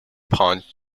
pond